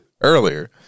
earlier